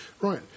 Right